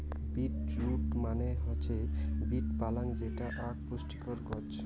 beet root মানে হৈসে beet পালং যেটা আক পুষ্টিকর গছ